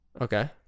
Okay